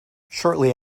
shortly